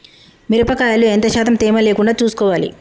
మిరప కాయల్లో ఎంత శాతం తేమ లేకుండా చూసుకోవాలి?